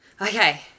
okay